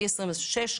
משנת 2026,